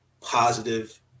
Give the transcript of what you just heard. positive